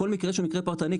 כל מקרה שהוא מקרה פרטני,